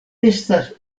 estas